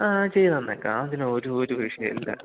ആ ചെയ്തു തന്നേക്കാം അതിന് ഒരു ഒരു വിഷയമല്ല